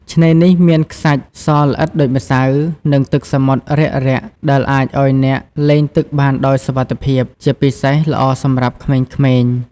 ឆ្នេរនេះមានខ្សាច់សល្អិតដូចម្សៅ និងទឹកសមុទ្ររាក់ៗដែលអាចឲ្យអ្នកលេងទឹកបានដោយសុវត្ថិភាព ជាពិសេសល្អសម្រាប់ក្មេងៗ។